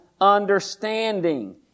understanding